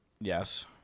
Yes